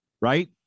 Right